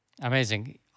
Amazing